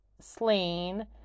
slain